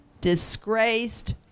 disgraced